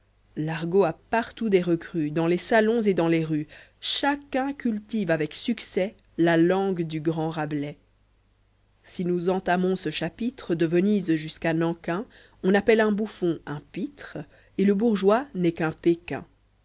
l'argot a partout des recrues dans les salons et dans les rues chacun cultivé avec succès la langue du grand rabelais si nous entamons ce chapitre de venise jusqu'à nankin on appelle un bouffon un pitre et le bourgeois n'est qu'un pékin